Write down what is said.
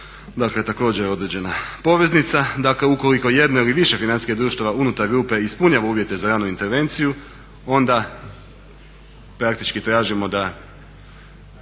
Dakle, također određena poveznica. Dakle, ukoliko jedna ili više financijskih društava unutar grupe ispunjava uvjete za ranu intervenciju, onda praktički tražimo da